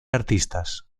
artistas